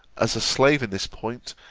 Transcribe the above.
as a slave in this point,